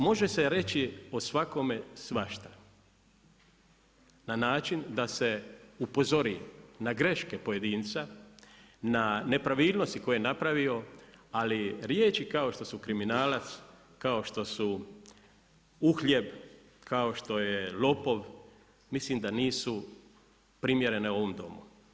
Može se reći o svakome svašta, na način da se upozori na greške pojedinca, na nepravilnosti koje je napravio, ali riječi kao što su kriminalac, kao što su uhljeb, kao što je lopov, mislim da nisu primijenjene ovom Domu.